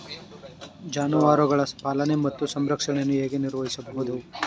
ಜಾನುವಾರುಗಳ ಪಾಲನೆ ಮತ್ತು ಸಂರಕ್ಷಣೆಯನ್ನು ಹೇಗೆ ನಿರ್ವಹಿಸಬಹುದು?